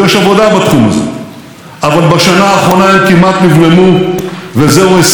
וזהו הישג בולט של שר האוצר ושל שיתוף הפעולה בינינו.